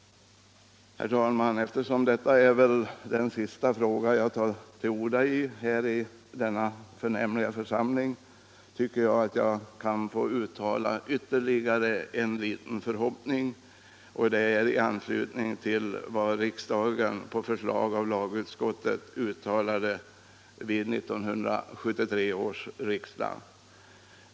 Herr talman! Eftersom detta väl är den sista frågan som jag tar till orda i här i denna förnämliga församling, tycker jag att jag kan få framföra ytterligare en liten förhoppning, nämligen i anslutning till ett uttalande som riksdagen på förslag av lagutskottet gjorde år 1973.